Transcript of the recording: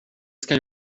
ska